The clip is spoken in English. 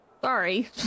sorry